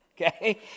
okay